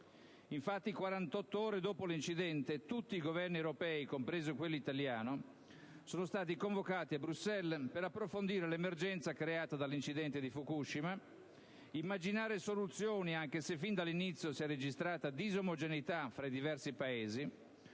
quarant'otto ore dopo l'incidente tutti i Governi europei, compreso quello italiano, sono stati convocati a Bruxelles per approfondire l'emergenza creata dall'incidente di Fukushima ed immaginare soluzioni, anche se fin dall'inizio si è registrata disomogeneità fra i diversi Paesi,